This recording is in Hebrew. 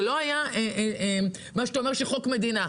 זה לא היה כמו שאתה אומר חוק מדינה.